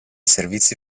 servizi